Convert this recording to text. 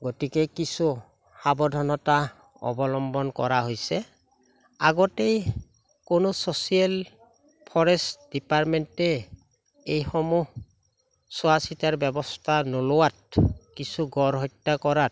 গতিকে কিছু সাৱধানতা অৱলম্বন কৰা হৈছে আগতেই কোনো ছ'চিয়েল ফৰেষ্ট ডিপাৰ্টমেণ্টে এইসমূহ চোৱা চিতাৰ ব্যৱস্থা নোলোৱাত কিছু গঁড় হত্যা কৰাত